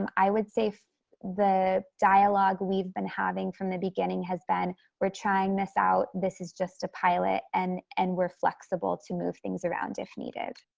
um i would say the dialogue, we've been having from the beginning, has been we're trying this out. this is just a pilot and and we're flexible to move things around if needed.